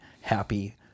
happy